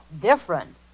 different